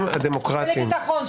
(חברת הכנסת יוליה מלינובסקי יוצאת מאולם הוועדה) המנגנונים הדמוקרטיים